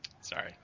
Sorry